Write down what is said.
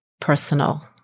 personal